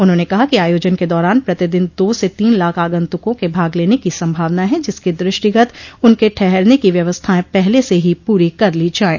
उन्होंने कहा कि आयोजन के दौरान प्रतिदिन दो से तीन लाख आगुंतकों के भाग लेने की संभावना है जिसके दृष्टिगत उनके ठहरने की व्यवस्थाएं पहले से ही पूरी कर ली जायें